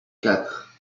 quatre